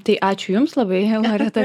tai ačiū jums labai loreta